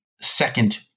second